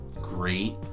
great